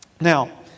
Now